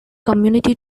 community